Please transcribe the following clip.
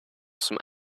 some